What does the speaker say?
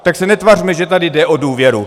Tak se netvařme, že tady jde o důvěru.